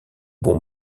bon